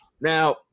Now